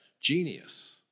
genius